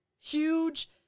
huge